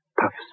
puffs